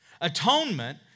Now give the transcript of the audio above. Atonement